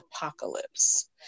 apocalypse